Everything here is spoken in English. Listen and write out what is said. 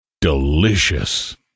Delicious